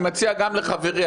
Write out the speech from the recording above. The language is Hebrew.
אני מציע גם לחברי,